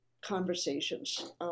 conversations